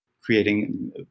creating